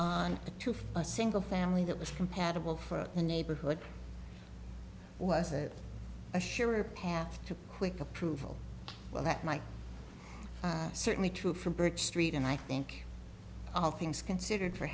on to a single family that was compatible for the neighborhood was a assure a path to quick approval well that might certainly true for bridge street and i think all things considered for